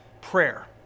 prayer